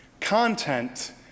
content